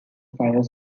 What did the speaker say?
fire